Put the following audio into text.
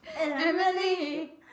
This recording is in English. Emily